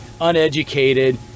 uneducated